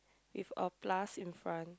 with a plus in front